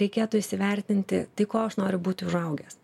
reikėtų įsivertinti tai kuo aš noriu būti užaugęs